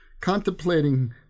contemplating